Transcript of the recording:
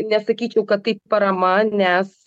nesakyčiau kad tai parama nes